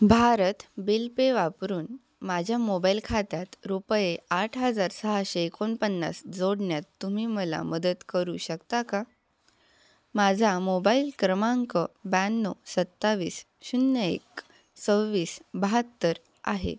Bharat bill pay वापरून माझ्या mobile खात्यात रुपये आठ हजार सहाशे एकोणपन्नास जोडण्यात तुम्ही मला मदत करू शकता का माझा मोबाइल क्रमांक ब्याण्णव सत्तावीस शून्य एक सव्वीस बाहत्तर आहे